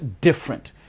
different